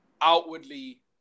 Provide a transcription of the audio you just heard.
outwardly